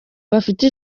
bafite